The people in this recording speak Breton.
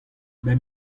bep